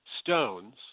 stones